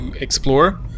explore